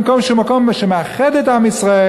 במקום שיהיה מקום שמאחד את עם ישראל,